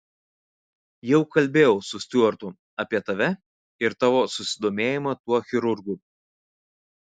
jau kalbėjau su stiuartu apie tave ir tavo susidomėjimą tuo chirurgu